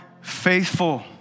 faithful